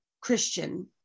Christian